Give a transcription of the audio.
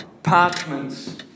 Parchments